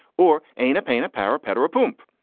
or ain't a pain? a power petrol pump.